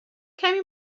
کمی